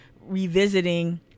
revisiting